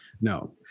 No